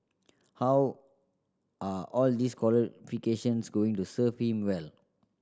how are all these qualifications going to serve him well